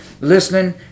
Listening